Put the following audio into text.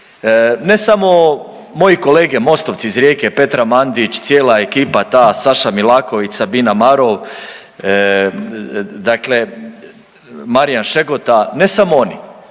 ne samo moji kolege MOST-ovci iz Rijeke Petra Mandić, cijela ekipa ta, Saša Milaković, Sabina Marov, dakle Marijan Šegota, ne samo oni,